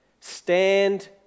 stand